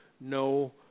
no